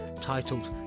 titled